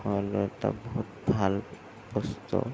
অন্য এটা বহুত ভাল বস্তু